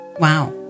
Wow